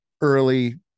early